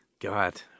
god